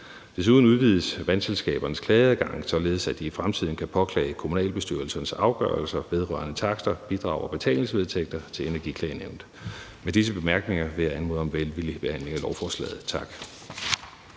Desuden udvides vandselskabernes klageadgang, således at de i fremtiden kan påklage kommunalbestyrelsernes afgørelser vedrørende takster, bidrag og betalingsvedtægter til Energiklagenævnet. Med disse bemærkninger vil jeg anmode om velvillig behandling af lovforslaget. Tak.